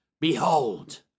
Behold